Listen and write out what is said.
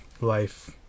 life